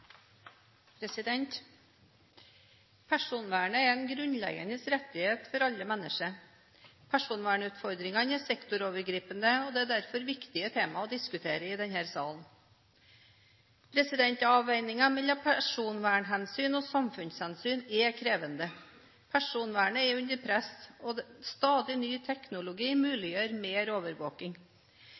ikkje. Personvernet er en grunnleggende rettighet for alle mennesker. Personvernutfordringene er sektorovergripende. Derfor er det viktige temaer å diskutere i denne salen. Avveiningen mellom personvernhensyn og samfunnshensyn er krevende. Personvernet er under press, og stadig ny teknologi muliggjør mer overvåking.